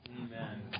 Amen